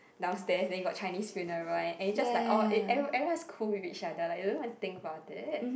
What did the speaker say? downstairs then you got Chinese funeral and it just like oh everyone everyone is cool with each other like we don't even think about it